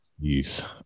Yes